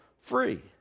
free